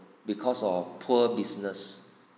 because of poor business